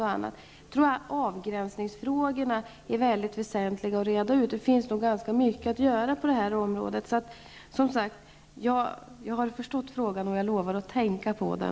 Jag tror att avgränsningsfrågorna är väsentliga att reda ut -- det finns nog ganska mycket att göra på det området. Jag har som sagt förstått frågan, och jag lovar att tänka på den.